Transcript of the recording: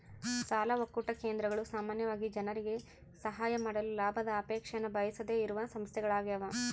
ಸಾಲ ಒಕ್ಕೂಟ ಕೇಂದ್ರಗಳು ಸಾಮಾನ್ಯವಾಗಿ ಜನರಿಗೆ ಸಹಾಯ ಮಾಡಲು ಲಾಭದ ಅಪೇಕ್ಷೆನ ಬಯಸದೆಯಿರುವ ಸಂಸ್ಥೆಗಳ್ಯಾಗವ